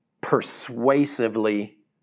persuasively